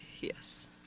yes